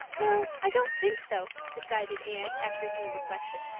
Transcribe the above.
no, i don't think so, decided anne, after due reflection,